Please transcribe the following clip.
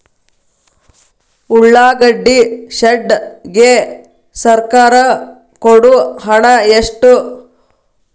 ಉಳ್ಳಾಗಡ್ಡಿ ಶೆಡ್ ಗೆ ಸರ್ಕಾರ ಕೊಡು ಹಣ ಎಷ್ಟು?